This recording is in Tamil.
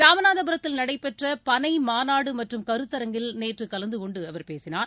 ராமநாதபுரத்தில் நடைபெற்ற பனை மாநாடு மற்றும் கருத்தரங்கில் நேற்று கலந்து கொண்டு அவர் பேசினார்